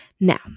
Now